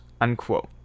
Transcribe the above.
unquote